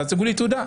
תציגו לי תעודה.